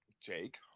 Jake